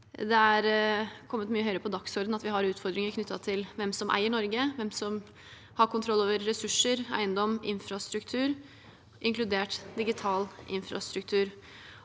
Det er kommet mye høyere på dagsordenen at vi har utfordringer knyttet til hvem som eier Norge, hvem som har kontroll over ressurser, eiendom, infrastruktur, inkludert digital infrastruktur.